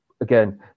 again